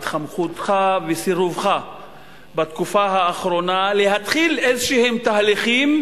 התחמקותך וסירובך בתקופה האחרונה להתחיל תהליכים